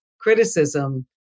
criticism